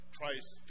Christ